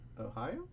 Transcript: Ohio